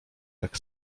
tak